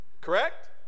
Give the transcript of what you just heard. Correct